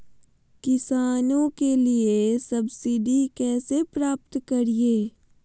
किसानों के लिए सब्सिडी कैसे प्राप्त करिये?